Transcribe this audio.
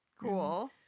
Cool